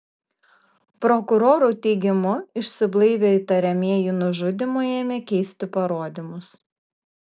prokurorų teigimu išsiblaivę įtariamieji nužudymu ėmė keisti parodymus